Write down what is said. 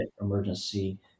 emergency